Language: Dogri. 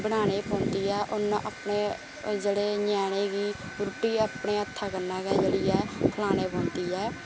बनाना गै पौंदी ऐ उनें अपने जेहडे़ न्याने गी रुट्टी अपने हत्थें कन्नै गै जेहड़ी ऐ खलाने पौंदी ऐ